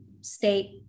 state